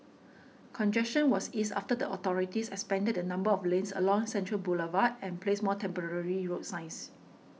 congestion was eased after the authorities expanded the number of lanes along Central Boulevard and placed more temporary road signs